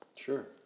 Sure